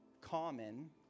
common